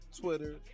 Twitter